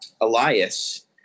Elias